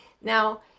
Now